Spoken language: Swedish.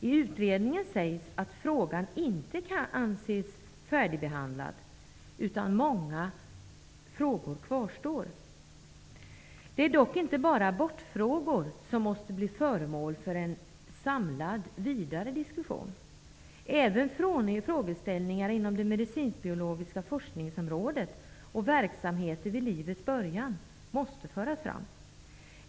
I utredningen sägs att frågan inte kan anses färdigbehandlad. Många frågor kvarstår. Det är dock inte bara abortfrågan som måste bli föremål för en samlad, vidare diskussion. Även frågeställningar inom det medicinsk-biologiska forskningsområdet och verksamheter vid livets början måste föras fram.